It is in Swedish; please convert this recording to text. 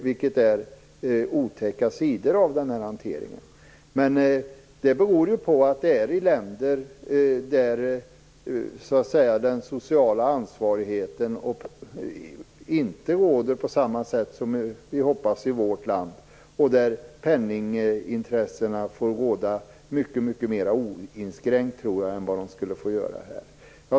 Det är otäcka sidor av den här hanteringen. Men det beror på att det försiggår i länder där den sociala ansvarigheten inte är rådande på samma sätt som vi hoppas på i vårt land och där penningintressena får råda mycket mer oinskränkt än jag tror att de skulle få göra här.